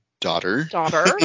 daughter